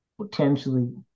potentially